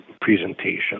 presentation